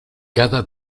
cada